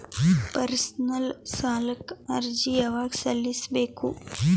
Personal ಸಾಲಕ್ಕೆ ಅರ್ಜಿ ಯವಾಗ ಸಲ್ಲಿಸಬೇಕು?